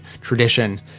tradition